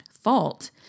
Fault